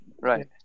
Right